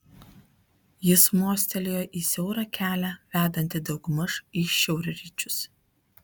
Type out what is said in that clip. jis mostelėjo į siaurą kelią vedantį daugmaž į šiaurryčius